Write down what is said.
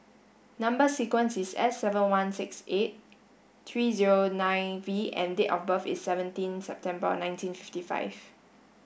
number sequence is S seven one six eight three zero nine V and date of birth is seventeen September nineteen fifty five